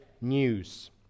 news